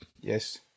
Yes